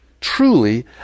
Truly